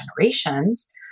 generations